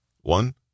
One